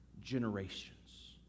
generations